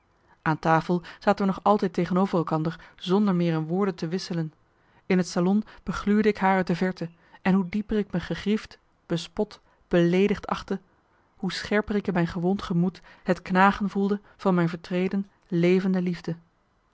aan tafel zaten we nog altijd tegenover elkander zonder meer een woorde te wisselen in het salon begluurde ik haar uit de verte en hoe dieper ik me gegriefd bespot beleedigd achtte hoe scherper ik in mijn gewond gemoed het knagen voelde van mijn vertreden levende liefde